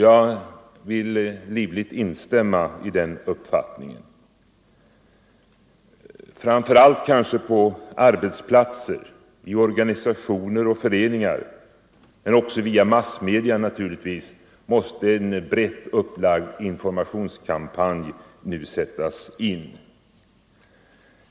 Jag vill livligt instämma i den uppfattningen. Framför allt kanske på arbetsplatser, i organisationer och föreningar men också via massmedia naturligtvis måste en rätt upplagd informationskampanj nu sättas in.